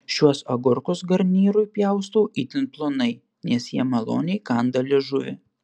šiuos agurkus garnyrui pjaustau itin plonai nes jie maloniai kanda liežuvį